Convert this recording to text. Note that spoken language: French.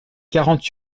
quarante